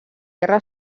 guerra